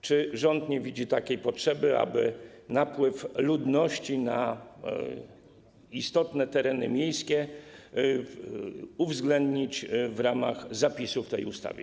Czy rząd nie widzi takiej potrzeby, aby napływ ludności na istotne tereny miejskie uwzględnić w ramach zapisów w tej ustawie?